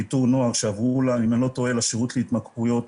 אני חושבת שזה השינוי התודעתי והתפיסתי ואת מתייחסת